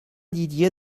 didier